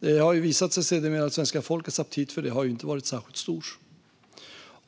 Det har sedermera visat sig att svenska folkets aptit för det inte har varit särskilt stor.